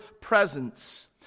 presence